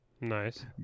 Nice